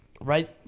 Right